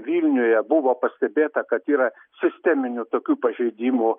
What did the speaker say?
vilniuje buvo pastebėta kad yra sisteminių tokių pažeidimų